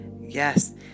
Yes